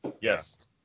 yes